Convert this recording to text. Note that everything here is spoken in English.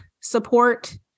support